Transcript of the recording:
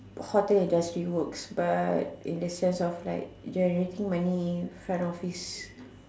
hotel industry works but in the sense of like generating money front office